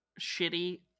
shitty